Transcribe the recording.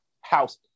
house